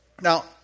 Now